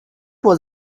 was